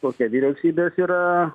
tokia vyriausybės yra